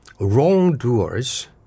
wrongdoers